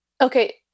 Okay